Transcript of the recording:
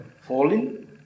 falling